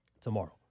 tomorrow